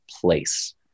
place